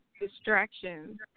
distractions